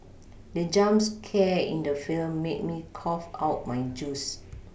the jump scare in the film made me cough out my juice